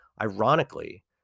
Ironically